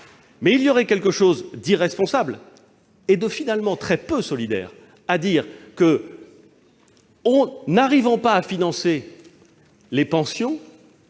mais il y aurait quelque chose d'irresponsable et finalement de très peu solidaire à dire que, n'arrivant pas à financer les pensions,